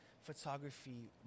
photography